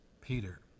Peter